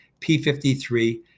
P53